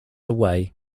away